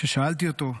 כששאלתי אותו: